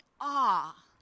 awe